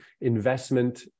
investment